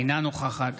אינה נוכחת